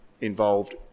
involved